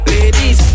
Ladies